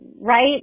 right